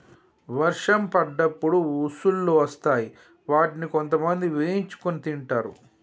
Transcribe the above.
వర్షం పడ్డప్పుడు ఉసుల్లు వస్తాయ్ వాటిని కొంతమంది వేయించుకొని తింటరు